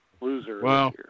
Loser